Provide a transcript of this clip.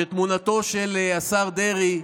של תמונתו של השר דרעי,